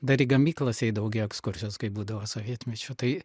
dar į gamyklas eidavau ekskursijos kai būdavo sovietmečiu tai